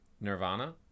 Nirvana